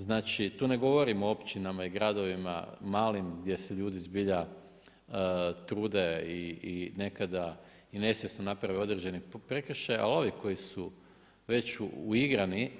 Znači, tu ne govorim o općinama i gradovima, malim, gdje se ljudi zbilja trude i nekada i nesvjesno naprave određene prekršaje, al ovi koji su već uigrani